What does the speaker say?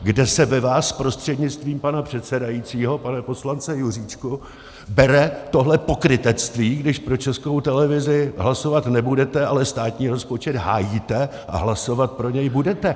Kde se ve vás, prostřednictvím pana předsedajícího pane poslanče Juříčku, bere tohle pokrytectví, když pro Českou televizi hlasovat nebudete, ale státní rozpočet hájíte a hlasovat pro něj budete?